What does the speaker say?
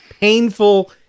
painful